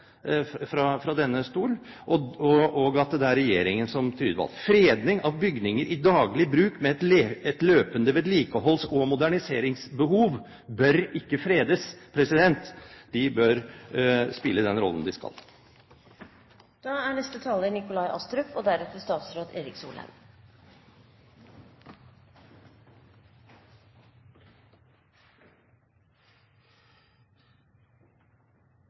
fra denne talerstol. Bygninger i daglig bruk med et løpende vedlikeholds- og moderniseringsbehov bør ikke fredes, de bør spille den rollen de skal. Det er